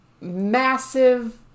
massive